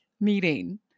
meeting